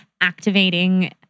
activating